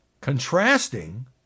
contrasting